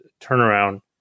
turnaround